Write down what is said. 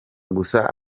gusa